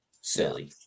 silly